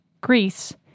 Greece